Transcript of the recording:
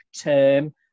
term